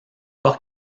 porc